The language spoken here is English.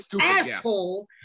asshole